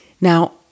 Now